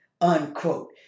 unquote